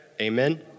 Amen